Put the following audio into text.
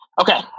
okay